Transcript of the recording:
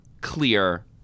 clear